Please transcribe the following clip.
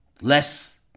Less